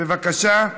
בבקשה.